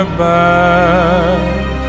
back